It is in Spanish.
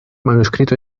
manuscrito